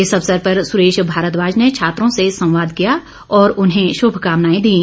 इस अवसर पर सुरेश भारद्वाज ने छात्रों से संवाद किया और उन्हें शुभकामनाएं दीं